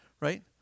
Right